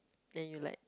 then you like